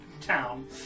town